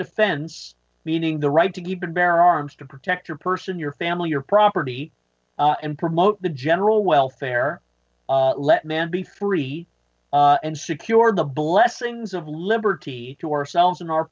defense meaning the right to keep and bear arms to protect your person your family your property and promote the general welfare let man be free and secure the blessings of liberty to ourselves and our